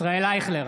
ישראל אייכלר,